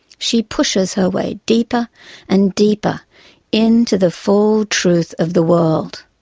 she pushes her way deeper and deeper into the full truth of the world.